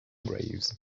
graves